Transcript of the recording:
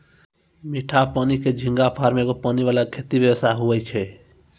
मीठा पानी के झींगा फार्म एगो पानी वाला खेती व्यवसाय हुवै छै